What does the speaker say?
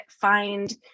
find